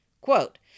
quote